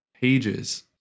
pages